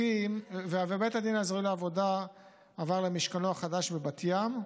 בית הדין האזורי לעבודה עבר למשכנו החדש בבת ים,